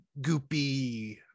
goopy